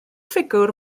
ffigwr